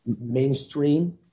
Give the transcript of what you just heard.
mainstream